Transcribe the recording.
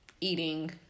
eating